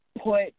put